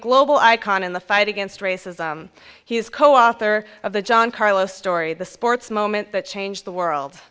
global icon in the fight against racism he is co author of the john carlos story the sports moment that changed the world